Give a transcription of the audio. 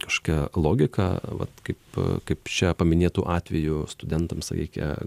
kažkokia logika vat kaip kaip čia paminėtu atveju studentams reikia